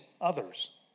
others